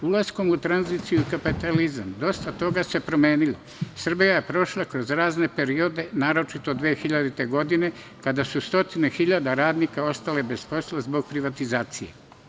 Ulaskom u tranziciju i kapitalizam dosta toga se promenilo, Srbija je prošla kroz razne periode, naročito 2000. godine, kada su stotine hiljade radnika ostale bez posla zbog privatizacije.